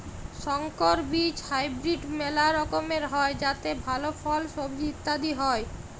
সংকর বীজ হাইব্রিড মেলা রকমের হ্যয় যাতে ভাল ফল, সবজি ইত্যাদি হ্য়য়